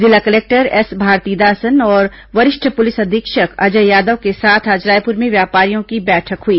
जिला collector S Bharathidasan और वरिष्ठ पुलिस अधीक्षक अजय यादव के साथ आज रायपुर में व्यापारियों की बैठक हुई